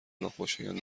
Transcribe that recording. ناخوشایند